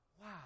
wow